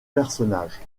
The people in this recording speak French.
personnages